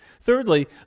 Thirdly